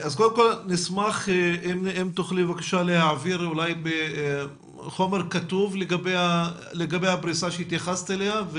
נשמח אם תוכלי בבקשה להעביר חומר כתוב לגבי הפריסה שהתייחסת אליה,